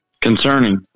Concerning